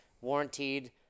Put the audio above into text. warranted